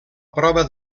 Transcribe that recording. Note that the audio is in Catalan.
prova